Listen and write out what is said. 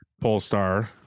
Polestar